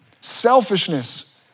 Selfishness